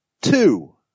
Two